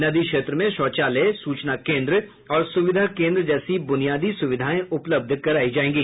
नदी क्षेत्र में शौचालय सूचना केन्द्र और सुविधा केन्द्र जैसी बुनियादी सुविधाएं उपलब्ध करायी जायेंगी